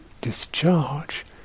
discharge